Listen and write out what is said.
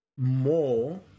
More